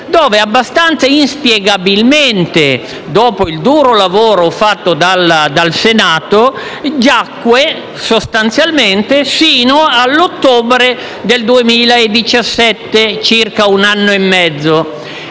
dove abbastanza inspiegabilmente, dopo il duro lavoro fatto dal Senato, giacque sostanzialmente per circa un anno e mezzo,